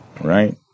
Right